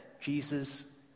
Jesus